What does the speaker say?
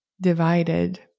divided